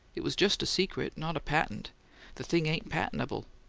it was just a secret, not a patent the thing ain't patentable.